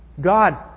God